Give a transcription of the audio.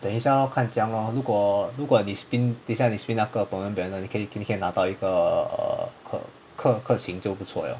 等一下 lor 看怎样 lor 如果如果你 spin 等下你 spin 那个 permanent banner 你可以你可以拿到一个 ke~ ke~ ke qing 就不错了